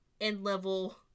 end-level